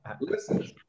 Listen